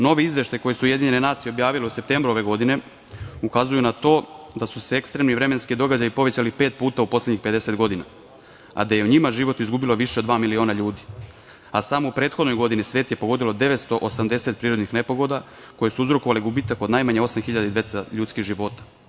Novi izveštaji koje su UN objavile u septembru ove godine ukazuju na to da su se ekstremni vremenski događali povećali pet puta u poslednjih 50 godina, a da je u njima život izgubilo više od dva miliona ljudi, a samo u prethodnoj godini svet je pogodilo 980 prirodnih nepogoda koje su uzrokovale gubitak od najmanje osam hiljada i 200 ljudskih života.